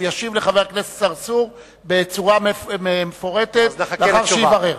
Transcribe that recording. הוא ישיב לחבר הכנסת צרצור בצורה מפורטת לאחר שיברר.